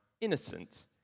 innocent